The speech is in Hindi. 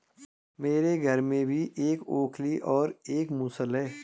मेरे घर में भी एक ओखली और एक मूसल है